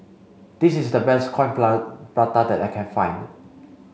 this is the best coin Prata that I can find